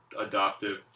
adoptive